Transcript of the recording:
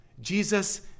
Jesus